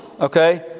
okay